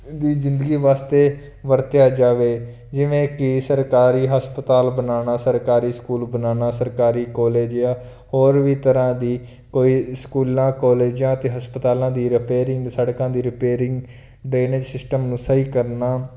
ਦੀ ਜ਼ਿੰਦਗੀ ਵਾਸਤੇ ਵਰਤਿਆ ਜਾਵੇ ਜਿਵੇਂ ਕਿ ਸਰਕਾਰੀ ਹਸਪਤਾਲ ਬਣਾਉਣਾ ਸਰਕਾਰੀ ਸਕੂਲ ਬਣਾਉਣਾ ਸਰਕਾਰੀ ਕਾਲਜ ਜਾਂ ਹੋਰ ਵੀ ਤਰ੍ਹਾਂ ਦੀ ਕੋਈ ਸਕੂਲਾਂ ਕਾਲਜਾਂ ਅਤੇ ਹਸਪਤਾਲਾਂ ਦੀ ਰਪੇਰਿੰਗ ਸੜਕਾਂ ਦੀ ਰਪੇਰਿੰਗ ਡਰੇਨੇਜ਼ ਸਿਸਟਮ ਨੂੰ ਸਹੀ ਕਰਨਾ